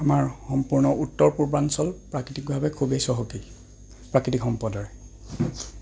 আমাৰ সম্পূৰ্ণ উত্তৰ পূৰ্বাঞ্চল প্ৰাকৃতিকভাৱে খুবেই চহকী প্ৰাকৃতিক সম্পদে